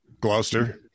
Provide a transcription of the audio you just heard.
gloucester